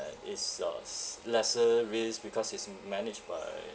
is of lesser risk because it's managed by